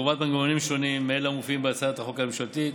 וקובעת מנגנונים שונים מאלו המופיעים בהצעת החוק הממשלתית.